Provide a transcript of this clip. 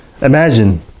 Imagine